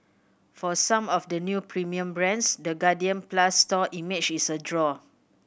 for some of the new premium brands the Guardian Plus store image is a draw